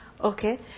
Okay